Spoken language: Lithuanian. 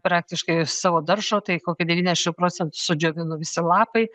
praktiškai iš savo daržo tai kokie devyniasdešimt procentų sudžiovinu visi lapai